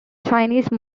chinese